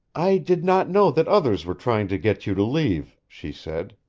i did not know that others were trying to get you to leave, she said.